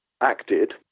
acted